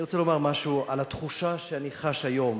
אני רוצה לומר משהו על התחושה שאני חש היום.